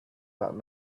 that